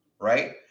Right